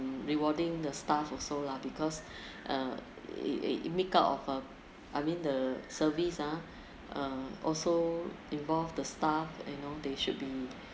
rewarding the staff also lah because uh it it make out of uh I mean the service ah uh also involve the staff and you know they should be